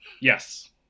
Yes